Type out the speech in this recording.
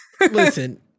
Listen